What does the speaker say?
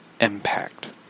impact